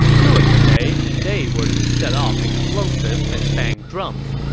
during the day, they were to set off explosives and bang drums.